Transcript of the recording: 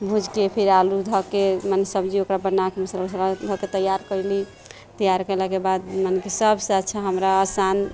भूजि कऽ फेर आलू धऽ कऽ मने सब्जी ओकर बना कऽ मसाला उसाला धऽ कऽ तैआर कयली तैआर कयलाके बाद मने कि सभसँ अच्छा हमरा आसान